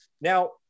Now